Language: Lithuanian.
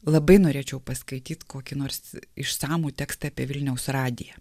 labai norėčiau paskaityt kokį nors išsamų tekstą apie vilniaus radiją